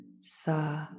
Sa